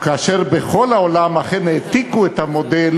כאשר בכל העולם אכן העתיקו את המודל